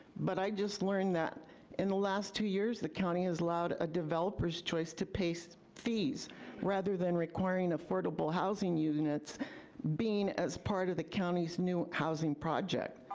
but i just learned that in the last two years, the county has allowed a developer's choice to pay so fees rather than requiring affordable housing units being as part of the county's new housing project.